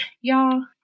Y'all